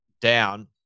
down